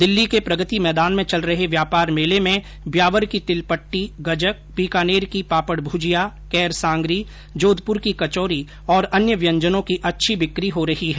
दिल्ली के प्रगति मैदान में चल रहे व्यापार मेले में ब्यावर की तिल पट्टी गजक बीकानेर की पापड भूजिया कैर सांगरी जोधपुर की कचौरी और अन्य व्यंजनों की अच्छी बिकी हो रही है